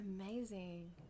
Amazing